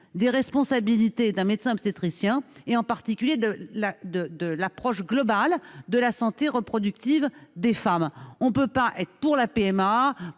des responsabilités d'un médecin obstétricien, de l'approche globale de la santé reproductive des femmes. On ne peut pas être pour la